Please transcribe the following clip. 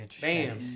Bam